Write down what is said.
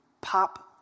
pop